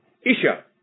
isha